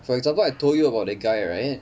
for example I told you about that guy right